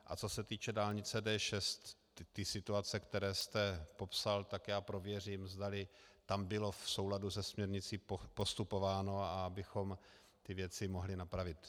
A co se týče dálnice D6, ty situace, které jste popsal, tak já prověřím, zdali tam bylo v souladu se směrnicí postupováno, abychom ty věci mohli napravit.